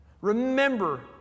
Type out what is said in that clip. Remember